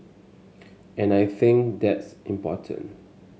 and I think that's important